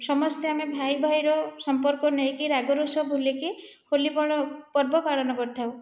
ସମସ୍ତେ ଆମେ ଭାଇ ଭାଇର ସମ୍ପର୍କ ନେଇକି ରାଗରୋଷ ଭୁଲିକି ହୋଲି ପର୍ବ ପାଳନ କରିଥାଉ